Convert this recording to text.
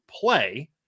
play